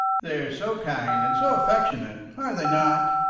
they are so kind and so affectionate are they not?